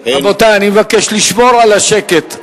רבותי, אני מבקש לשמור על השקט.